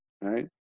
right